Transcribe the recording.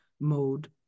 mode